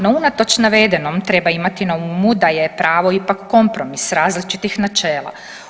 No unatoč navedenom treba imati na umu da je pravo ipak kompromis različitih načela.